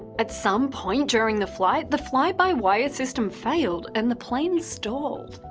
at some point during the flight, the fly-by-wire system failed and the plane stalled.